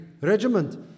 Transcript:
regiment